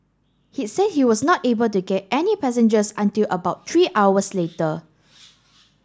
he said he was not able to get any passengers until about three hours later